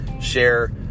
share